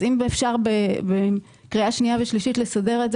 אם אפשר לסדר את זה בקריאה שנייה ושלישית, תבורכו.